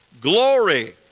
Glory